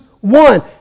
one